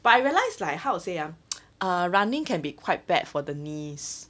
but I realise like how to say ah running can be quite bad for the knees